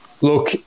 look